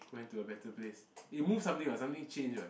went to a better place it moved something lah something changed lah